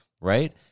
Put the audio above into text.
Right